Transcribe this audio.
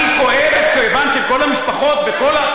אני כואב את כאבם של כל המשפחות וכל,